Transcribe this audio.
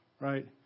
right